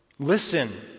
Listen